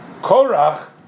Korach